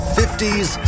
50s